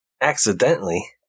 Accidentally